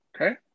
Okay